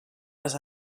les